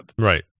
Right